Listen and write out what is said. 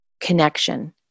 connection